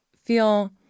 feel